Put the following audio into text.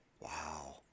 wow